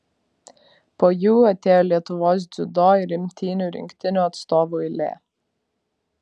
po jų atėjo lietuvos dziudo ir imtynių rinktinių atstovų eilė